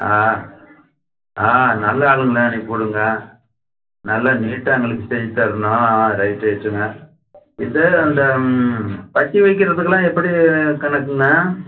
ஆ ஆ நல்ல ஆளுங்களா அனுப்பி விடுங்க நல்லா நீட்டாக எங்களுக்கு செஞ்சு தரணும் ஆ ரைட்டு ரைட்டுண்ணே இது அந்த பட்டி வெக்கிறத்துக்கெல்லாம் எப்படி கணக்குங்க